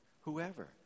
whoever